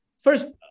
first